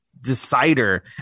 decider